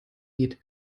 geht